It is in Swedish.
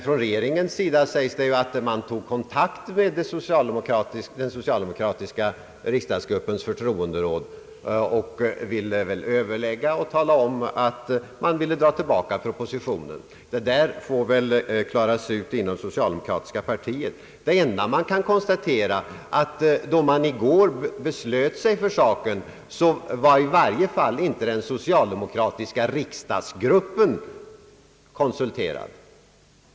Från regeringen sägs det att man tog kontakt med den socialdemokratiska riksdagsgruppens förtroenderåd, och man ville väl överlägga och tala om att man ämnade ta tillbaka propositionen. Detta får väl klaras ut inom det socialdemokratiska partiet. Det enda vi kan konstatera är att då man i går beslöt sig för saken var i varje fall inte den socialdemokratiska riksdagsgruppen konsulterad.